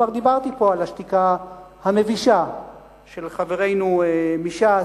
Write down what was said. כבר דיברתי פה על השתיקה המבישה של חברינו מש"ס,